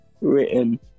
written